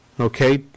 Okay